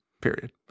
Period